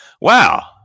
Wow